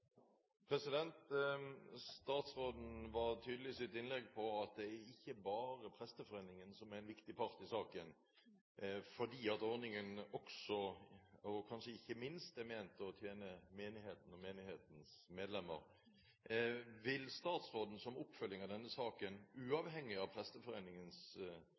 Statsråden var tydelig i sitt innlegg på at det ikke bare er Presteforeningen som er en viktig part i saken, fordi ordningen også – kanskje ikke minst – er ment å skulle tjene menigheten og menighetens medlemmer. Vil statsråden som oppfølging av denne saken – uavhengig av Presteforeningens